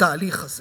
התהליך הזה